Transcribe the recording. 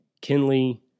Kinley